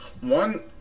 One